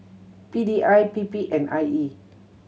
P D I P P and I E